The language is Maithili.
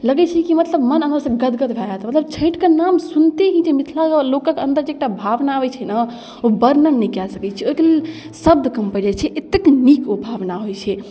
लगै छै कि मतलब मोन अन्दरसँ गदगद भऽ जाएत मतलब छठिके नाम सुनिते मिथिला लोकके अन्दर जे एकटा भावना आबै छै ने ओ वर्णन नहि कऽ सकै छी ओहिके लेल शब्द कम पड़ि जाइ छै एतेक नीक ओ भावना होइ छै